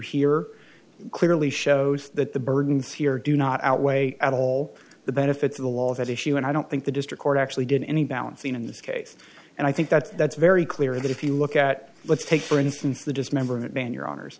here clearly shows that the burden is here do not outweigh at all the benefits of the law of that issue and i don't think the district court actually did any balancing in this case and i think that that's very clear that if you look at let's take for instance the dismemberment plan your honors